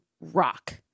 rock